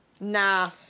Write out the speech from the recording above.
Nah